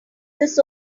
this